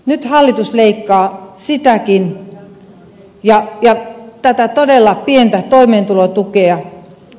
nyt hallitus leikkaa sitäkin tätä todella pientä toimeentulotukea